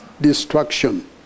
destruction